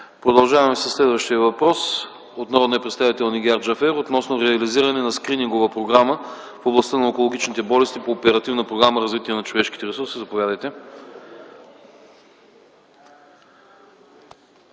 Продължаваме със следващия въпрос от народния представител Нигяр Джафер относно реализиране на скринингова програма в областта на онкологичните болести по Оперативна програма „Развитие на човешките ресурси”. Заповядайте.